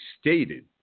stated